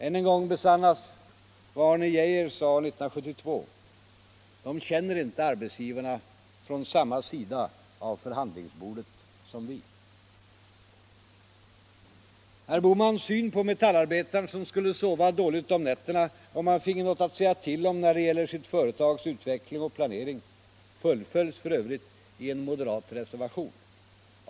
Än en gång besannas vad Arne Geijer sade 1972: De känner inte arbetsgivarna från samma sida av förhandlingsbordet som vi. Herr Bohmans syn på metallarbetaren som skulle sova dåligt om nätterna, om han finge något att säga till om när det gäller sitt företags utveckling och planering, fullföljs f. ö. i en moderat reservation.